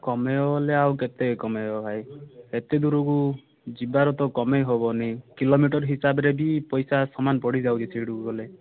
କମେଇବ ବେଲେ ଆଉ କେତେ କମେଇବ ଭାଇ ଏତେ ଦୂରକୁ ଯିବାର ତ କମେଇ ହେବନି କିଲୋମିଟର୍ ହିସାବରେ ବି ପଇସା ସମାନ ପଡ଼ିଯାଉଛି ସେଠିକୁ ଗଲେ